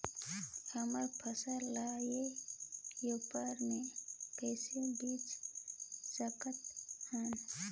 हमर फसल ल ई व्यवसाय मे कइसे बेच सकत हन?